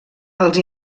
els